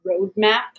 roadmap